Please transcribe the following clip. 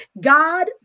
God